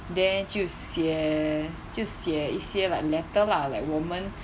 then 就写就写一些 like letter lah like 我们